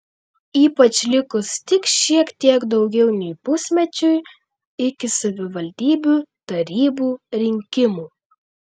ypač likus tik šiek tiek daugiau nei pusmečiui iki savivaldybių tarybų rinkimų